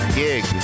gig